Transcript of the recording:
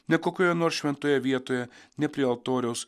ne kokioje nors šventoje vietoje ne prie altoriaus